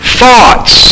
thoughts